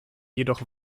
jedoch